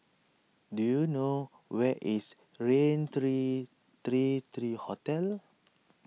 do you know where is Raintr thirty thirty thirty Hotel